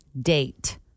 date